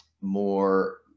more